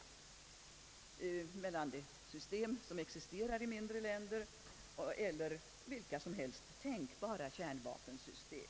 avstånd mellan deras system och de som existerar i mindre länder och vilka som helst tänkbara kärnvapensystem.